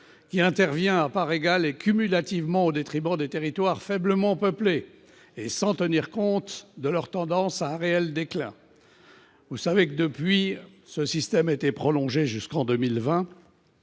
qui intervient à parts égales et cumulativement au détriment des territoires faiblement peuplés et sans tenir compte de leur tendance à un déclin réel. Vous le savez, ce système a été prolongé jusqu'en 2020.